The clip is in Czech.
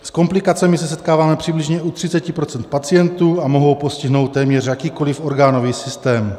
S komplikacemi se setkáváme přibližně u 30 % pacientů a mohou postihnout téměř jakýkoliv orgánový systém.